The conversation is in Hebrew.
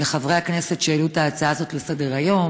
לחברי הכנסת שהעלו את ההצעה הזאת לסדר-היום.